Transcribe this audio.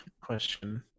question